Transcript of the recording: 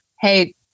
Hey